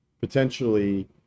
potentially